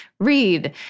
read